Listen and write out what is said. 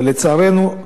אבל לצערנו,